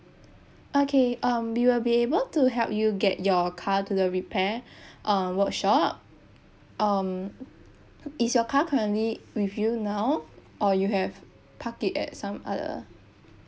okay um we will be able to help you get your car to the repair um workshop um is your car currently with you now or you have park it at some other